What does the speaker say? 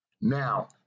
Now